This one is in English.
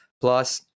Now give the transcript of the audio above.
plus